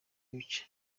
ibice